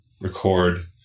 record